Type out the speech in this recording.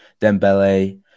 Dembele